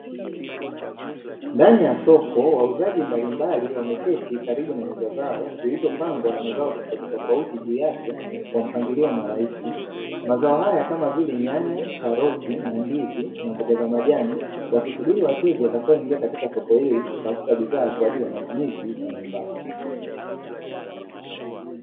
Ndani ya soko, wauzaji mbalimbali wameketi karibu na meza zao zilizopangwa mazao tofautitofauti juu yake kwa mpangilio wa mrahisi. Mazao haya, kama vile nyanya, karoti, ndizi, na mboga za majani, wakisubiri wateja watakaoingia katika soko hili kutafuta bidhaa kwa ajili ya matumizi ya nyumbani.